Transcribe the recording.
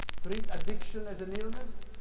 treat addiction as an illness,